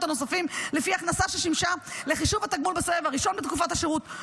הנוספים לפי ההכנסה ששימשה לחישוב התגמול בסבב הראשון בתקופה השירות,